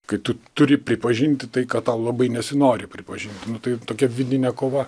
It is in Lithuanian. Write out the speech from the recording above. kai tu turi pripažinti tai ką tau labai nesinori pripažinti tai tokia vidinė kova